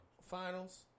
finals